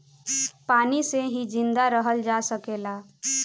पानी से ही जिंदा रहल जा सकेला